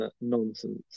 nonsense